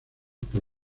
por